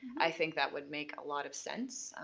i think that would make a lot of sense.